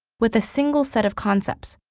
with a single set of concepts,